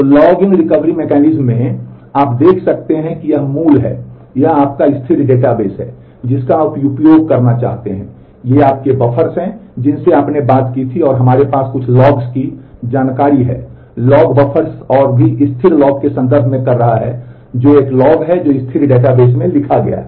तो log in recovery mechanism में आप देख सकते हैं कि यह मूल है यह आपका स्थिर डेटाबेस है जिसका आप उपयोग करना चाहते हैं ये आपके बफ़र्स हैं जिनसे आपने बात की थी और हमारे पास कुछ लॉग्स की जानकारी है लॉग बफ़र्स और भी स्थिर लॉग के संदर्भ में कर रहा है जो एक लॉग है जो स्थिर डेटाबेस में लिखा गया है